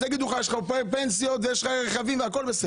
אז יגידו: יש לך פנסיות ויש לך רכבים והכול בסדר.